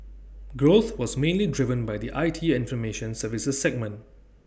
growth was mainly driven by the I T and formation services segment